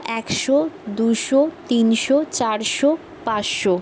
একশো দুশো তিনশো চারশো পাঁচশো